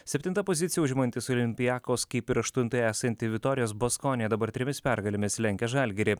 septintą poziciją užimantis olympiakos kaip ir aštuntoje esanti viktorijos baskonė dabar trimis pergalėmis lenkia žalgirį